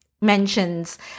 mentions